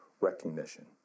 recognition